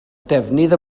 defnydd